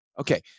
okay